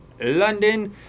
London